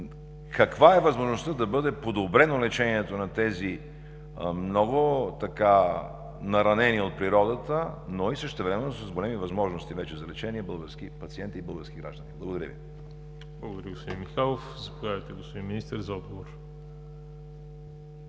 каква е възможността да бъде подобрено лечението на тези много наранени от природата, но и същевременно с големи възможности вече за лечение български пациенти и български граждани? Благодаря Ви. ПРЕДСЕДАТЕЛ ВАЛЕРИ ЖАБЛЯНОВ: Благодаря, господин Михайлов. Заповядайте, господин Министър, за отговор.